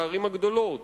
בערים הגדולות.